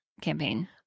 campaign